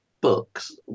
books